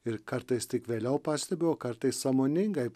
ir kartais tik vėliau pastebiu o kartais sąmoningai